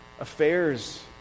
affairs